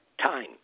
time